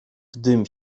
gdym